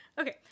Okay